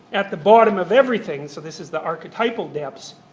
at the bottom of everything, so this is the archetypal depths,